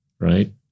Right